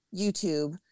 YouTube